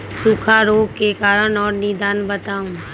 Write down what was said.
सूखा रोग के कारण और निदान बताऊ?